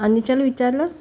आनिशाला विचारलंस